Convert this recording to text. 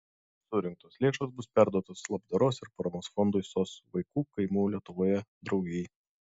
surinktos lėšos bus perduotos labdaros ir paramos fondui sos vaikų kaimų lietuvoje draugijai